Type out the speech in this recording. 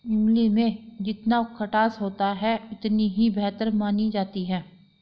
इमली में जितना खटास होता है इतनी ही बेहतर मानी जाती है